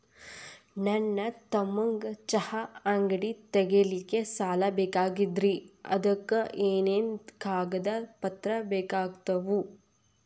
ನನ್ನ ತಮ್ಮಗ ಚಹಾ ಅಂಗಡಿ ತಗಿಲಿಕ್ಕೆ ಸಾಲ ಬೇಕಾಗೆದ್ರಿ ಅದಕ ಏನೇನು ಕಾಗದ ಪತ್ರ ಬೇಕಾಗ್ತವು?